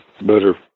better